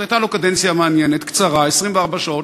אז הייתה לו קדנציה מעניינת, קצרה, 24 שעות.